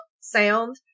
sound